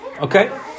Okay